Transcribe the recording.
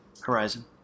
Horizon